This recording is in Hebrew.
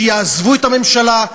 שיעזבו את הממשלה.